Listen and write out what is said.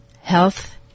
health